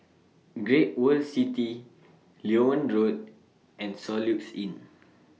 Great World City Loewen Road and Soluxe Inn